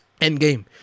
Endgame